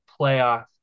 playoff